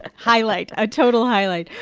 ah highlight a total highlight.